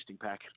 pack